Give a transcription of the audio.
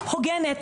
מקצועניות.